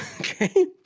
Okay